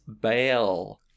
Bale